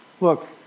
look